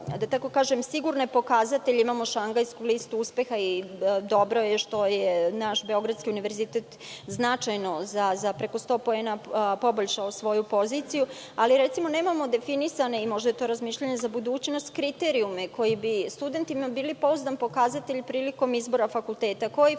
da mi nemamo sigurne pokazatelje. Imamo Šangajsku listu uspeha i dobro je što je naš Beogradski univerzitet značajno, za preko 100 poena, poboljšao svoju poziciju. Nemamo definisane, možda je to razmišljanje za budućnost, kriterijume koji bi studentima bili pouzdan pokazatelj prilikom izbora fakulteta, koji